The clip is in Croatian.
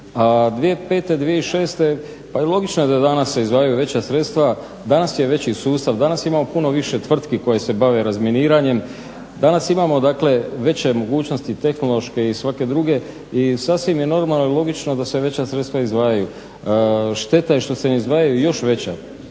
A 2005., 2006.pa i logično je da se danas izdvajaju veća sredstva. Danas je veći sustav, danas imamo puno više tvrtki koje se bave razminiranjem, danas imamo veće mogućnosti tehnološke i sve druge i sasvim je normalno i logično da se veća sredstva izdvajaju. Šteta je što se ne izdvajaju još veća.